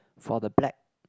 for the black